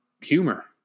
humor